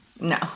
No